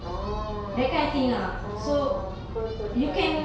oh oh cool cool cool